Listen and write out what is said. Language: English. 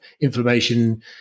inflammation